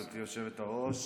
גברתי היושבת-ראש,